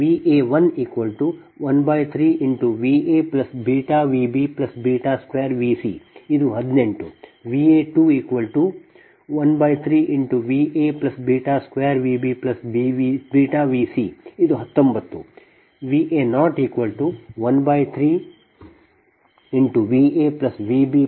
ಆದ್ದರಿಂದ ಇದು ಸಮೀಕರಣ 14 ಎಂದರೆ ಅದು VsA 1 Vp ಮತ್ತು ಇದರರ್ಥ ನೀವು ಅರ್ಥೈಸಿದರೆ Va113VaβVb2Vc ಇದು 18 Va213Va2VbβVc ಇದು 19 Va013VaVbVc ಇದು 20